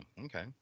Okay